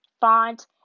font